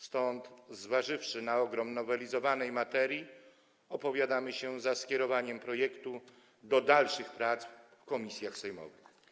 Stąd, zważywszy na ogrom nowelizowanej materii, opowiadamy się za skierowaniem projektu do dalszych prac w komisjach sejmowych.